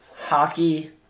Hockey